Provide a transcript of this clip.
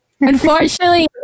unfortunately